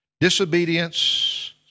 disobedience